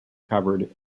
covered